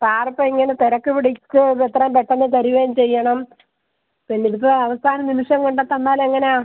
sir ഇപ്പോൾ ഇങ്ങനെ തിരക്ക് പിടിച്ച് എത്രയും പെട്ടെന്ന് തരുകയും ചെയ്യണം പിന്നെ ഇത് ഇപ്പോൾ അവസാന നിമിഷം കൊണ്ടുത്തന്നാൽ എങ്ങനെയാണ്